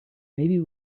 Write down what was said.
maybe